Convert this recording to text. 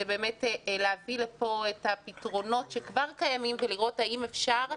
זה באמת להביא לפה את הפתרונות שכבר קיימים ולראות האם אפשר,